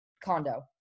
condo